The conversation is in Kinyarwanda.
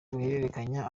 guhererekanya